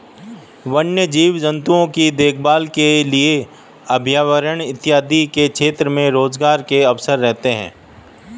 वन्य जीव जंतुओं की देखभाल के लिए अभयारण्य इत्यादि के क्षेत्र में रोजगार के अवसर रहते हैं